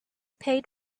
paid